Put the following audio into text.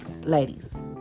ladies